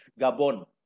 Gabon